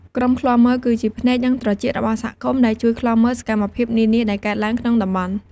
ក្រុមឃ្លាំមើលគឺជា ភ្នែក និងត្រចៀករបស់សហគមន៍ ដែលជួយឃ្លាំមើលសកម្មភាពនានាដែលកើតឡើងក្នុងតំបន់។